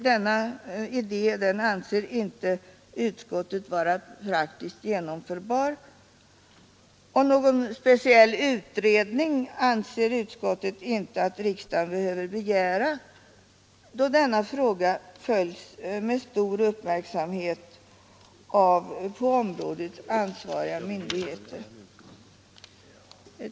Denna idé anser utskottet inte vara praktiskt genomförbar, och någon speciell utredning anser utskottet inte att riksdagen behöver begära, då denna fråga följs med stor uppmärksamhet av på området ansvariga myndigheter.